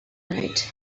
night